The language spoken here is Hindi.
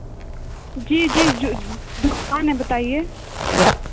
जी जी जो दुकान है बताइए